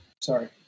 sorry